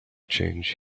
change